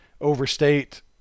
overstate